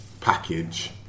package